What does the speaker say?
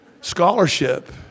scholarship